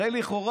הרי לכאורה,